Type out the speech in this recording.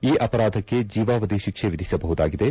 ಈ ಅವರಾಧಕ್ಷ ಜೀವಾವಧಿ ಶಿಕ್ಷೆ ವಿಧಿಸಬಹುದಾಗಿದೆ